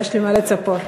יש למה לצפות.